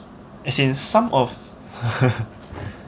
as in some of